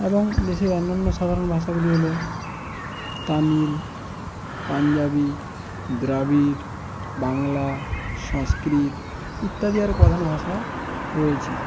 এবং দেশের অন্যান্য সাধারণ ভাষাগুলি হলো তামিল পাঞ্জাবি দ্রাবিড় বাংলা সংস্কৃত ইত্যাদি আরো প্রধান ভাষা রয়েছে